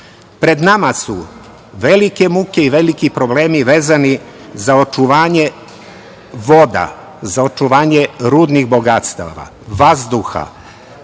nama su velike muke i veliki problemi vezani za očuvanje voda, za očuvanje rudnih bogatstava, vazduha,